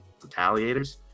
Retaliators